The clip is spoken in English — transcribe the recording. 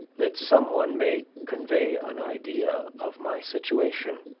that some one may convey an idea of my situation.